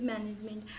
Management